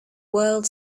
world